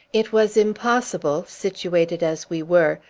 it was impossible, situated as we were,